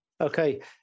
Okay